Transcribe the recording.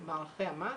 מערכי המס,